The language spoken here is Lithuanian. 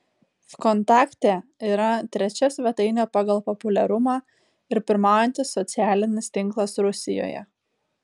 vkontakte yra trečia svetainė pagal populiarumą ir pirmaujantis socialinis tinklas rusijoje